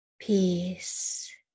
peace